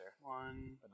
One